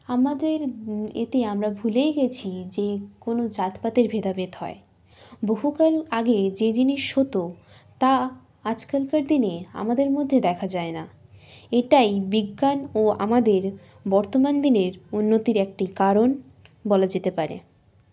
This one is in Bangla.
আমাদের এতে আমরা ভুলেই গেছি যে কোনো জাতপাতের ভেদাভেদ হয় বহুকাল আগে যে জিনিস হতো তা আজকালকার দিনে আমাদের মধ্যে দেখা যায় না এটাই বিজ্ঞান ও আমাদের বর্তমান দিনের উন্নতির একটি কারণ বলা যেতে পারে